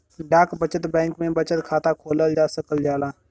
डाक बचत बैंक में बचत खाता खोलल जा सकल जाला